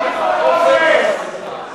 תודה רבה.